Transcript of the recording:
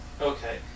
Okay